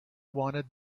wanted